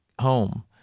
home